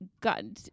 gotten